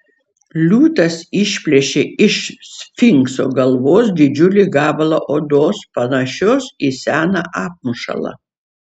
liūtas išplėšė iš sfinkso galvos didžiulį gabalą odos panašios į seną apmušalą